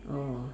orh